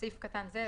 בסעיף קטן זה,